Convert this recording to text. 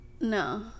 No